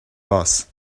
boss